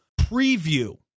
preview